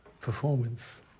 performance